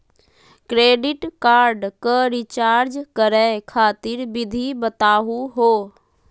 Credit card क recharge करै खातिर विधि बताहु हो?